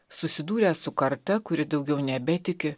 susidūrę su karta kuri daugiau nebetiki